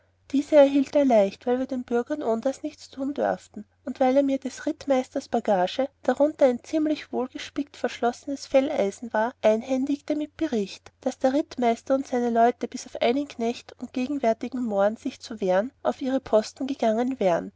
diese erhielte er leicht weil wir den bürgern ohndas nichts tun dorften und er mir des rittmeisters bagage darunter ein ziemlich wohl gespickt verschlossen felleisen war einhändigte mit bericht daß der rittmeister und seine leute bis auf einen knecht und gegenwärtigen mohren sich zu wehren auf ihre posten gangen wären